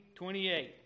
28